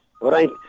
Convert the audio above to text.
right